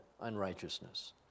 unrighteousness